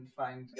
find